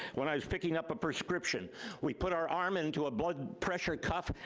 when i was picking up a prescription. we put our arm into a blood pressure cuff.